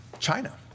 China